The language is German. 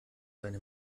seine